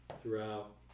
throughout